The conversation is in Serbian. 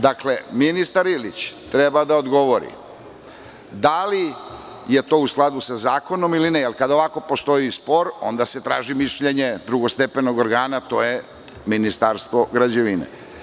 Dakle, ministar Ilić, treba da odgovori da li je to u skladu sa zakonom ili ne, jer kada postoji spor, onda se traži mišljenje drugostepenog organa, a to je Ministarstvo građevine.